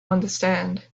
understand